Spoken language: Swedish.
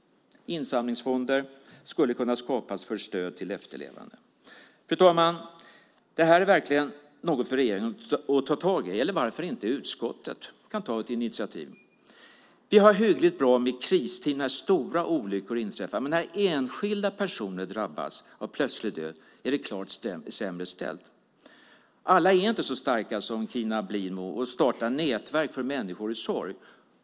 Insamlingsfonder skulle kunna skapas för stöd till efterlevande. Fru talman! Det här är verkligen något för regeringen att ta tag i. Även utskottet skulle kunna ta ett initiativ i frågan. Vi har hyggligt bra med kristeam när stora olyckor inträffar, men när enskilda personer drabbas av plötslig död är det klart sämre ställt. Alla är inte så starka som Cina Blidmo och startar nätverk för människor i sorg.